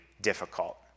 difficult